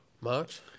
March